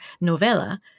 novella